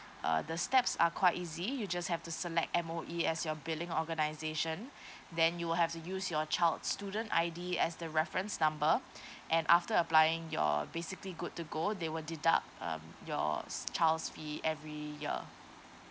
uh the steps are quite easy you just have to select M_O_E as your billing organisation then you will have to use your child student I_D as the reference number and after applying you're basically good to go they will deduct um your child's fee every year